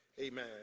amen